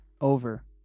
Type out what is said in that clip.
over